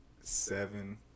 seven